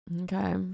Okay